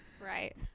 Right